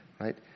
Right